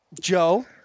Joe